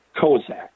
Kozak